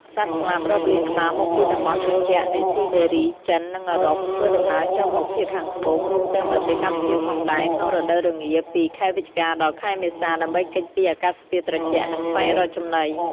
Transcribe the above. សត្វស្លាបរាប់លានក្បាលមកពីតំបន់ត្រជាក់នៃស៊ីបេរី ចិន និងអឺរ៉ុប ធ្វើដំណើរចុះមកភាគខាងត្បូង រួមទាំងប្រទេសកម្ពុជាផងដែរ ក្នុងរដូវរងាពី ខែវិច្ឆិកា ដល់ ខែមេសា ដើម្បីគេចពីអាកាសធាតុត្រជាក់ និងស្វែងរកចំណី។